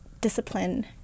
discipline